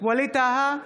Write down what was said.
ווליד טאהא,